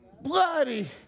bloody